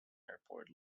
airport